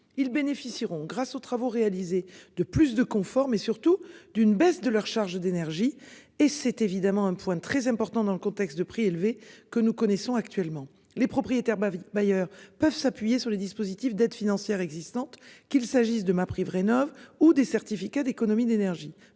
ils bénéficieront grâce aux travaux réalisés de plus de confort mais surtout d'une baisse de leurs charges d'énergie et c'est évidemment un point très important dans le contexte de prix élevés que nous connaissons actuellement les propriétaires bailleurs peuvent s'appuyer sur les dispositifs d'aides financières existantes qu'il s'agisse de MaPrimeRénov ou des certificats d'économie d'énergie